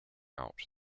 out